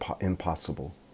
impossible